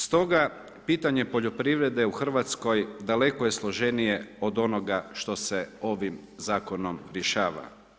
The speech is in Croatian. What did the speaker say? Stoga pitanje poljoprivrede u Hrvatskoj daleko je složenije od onoga što se ovim zakonom rješava.